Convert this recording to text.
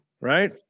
Right